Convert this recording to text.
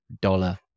dollar